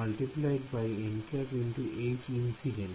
× nˆ ×